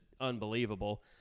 unbelievable